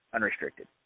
Unrestricted